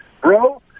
Bro